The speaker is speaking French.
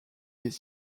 des